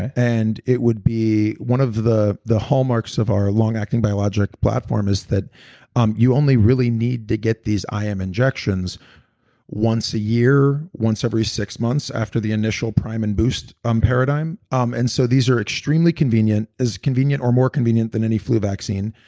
and it would be one of the the hallmarks of our long acting biologic platform is that um you only really need to get these im injections once a year, once every six months after the initial prime and boost um paradigm um and so these are extremely convenient, it's convenient or more convenient than any flu vaccine.